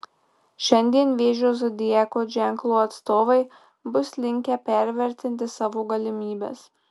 šiandien vėžio zodiako ženklo atstovai bus linkę pervertinti savo galimybes